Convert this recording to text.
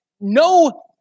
no